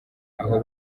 aho